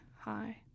Hi